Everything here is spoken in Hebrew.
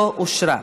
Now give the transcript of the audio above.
לא נתקבלה.